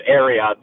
area